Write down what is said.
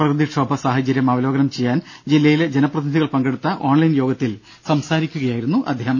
പ്രകൃതിക്ഷോഭ സാഹചര്യം അവലോകനം ചെയ്യാൻ ജില്ലയിലെ ജനപ്രതിനിധികൾ പങ്കെടുത്ത ഓൺലൈൻ യോഗത്തിൽ സംസാരിക്കുകയായിരുന്നു അദ്ദേഹം